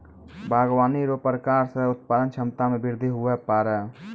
बागवानी रो प्रकार से उत्पादन क्षमता मे बृद्धि हुवै पाड़ै